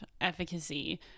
efficacy